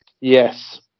Yes